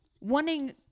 wanting